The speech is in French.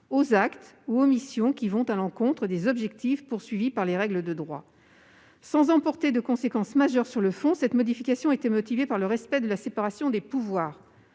aux actes ou omissions allant gravement à l'encontre des objectifs poursuivis par les règles de droit. Sans emporter de conséquences majeures sur le fond, cette modification était motivée par le respect de la séparation des pouvoirs